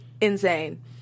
insane